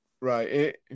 Right